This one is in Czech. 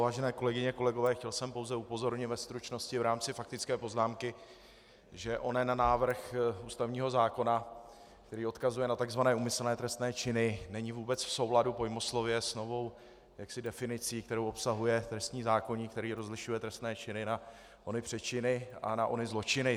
Vážené kolegyně, kolegové, chtěl jsem pouze upozornit ve stručnosti v rámci faktické poznámky, že onen návrh ústavního zákona, který odkazuje na tzv. úmyslné trestné činy, není vůbec v souladu pojmoslovně s novou definicí, kterou obsahuje trestní zákoník, který rozlišuje trestné činy na ony přečiny a na ony zločiny.